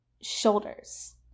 shoulders